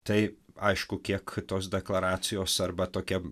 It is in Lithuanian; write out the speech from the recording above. tai aišku kiek tos deklaracijos arba tokie